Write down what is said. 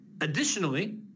Additionally